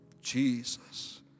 Jesus